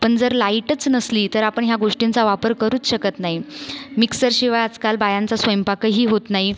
पण जर लाइटच नसली तर आपण ह्या गोष्टींचा वापर करूच शकत नाही मिक्सरशिवाय आजकाल बायांचा स्वयंपाकही होत नाही